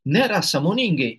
nėra sąmoningai